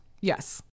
Yes